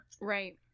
right